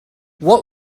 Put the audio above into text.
what